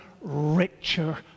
richer